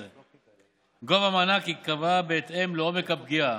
גובה המענק ייקבע בהתאם לעומק הפגיעה: